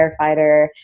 firefighter